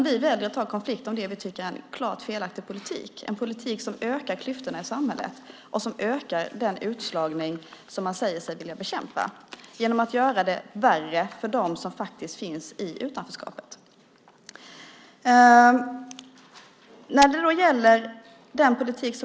Vi väljer att ta konflikt om det vi tycker är en klart felaktig politik, en politik som ökar klyftorna i samhället och som ökar den utslagning som man säger sig vilja bekämpa genom att göra det värre för dem som finns i utanförskapet.